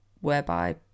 whereby